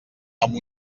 amb